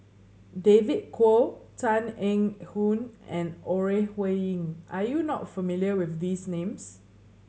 David Kwo Tan Eng Hoon and Ore Huiying are you not familiar with these names